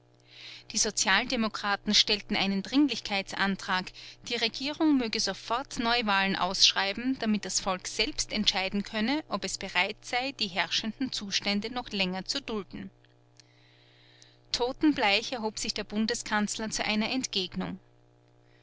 die sozialdemokraten stellten einen dringlichkeitsantrag die regierung möge sofort neuwahlen ausschreiben damit das volk selbst entscheiden könne ob es bereit sei die herrschenden zustände noch länger zu dulden totenbleich erhob sich der bundeskanzler zu einer entgegnung